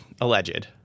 Alleged